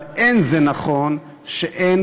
אבל אין זה נכון שאין